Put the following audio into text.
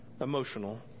emotional